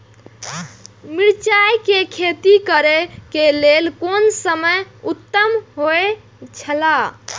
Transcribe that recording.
मिरचाई के खेती करे के लेल कोन समय उत्तम हुए छला?